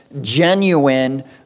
genuine